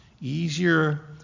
Easier